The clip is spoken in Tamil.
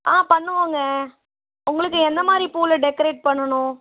ஆ பண்ணுவோம்ங்க உங்களுக்கு என்ன மாதிரி பூவில் டெக்கரேட் பண்ணணும்